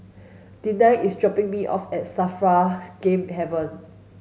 Denine is dropping me off at Game Haven